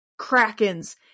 Krakens